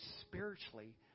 spiritually